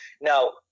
Now